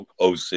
OC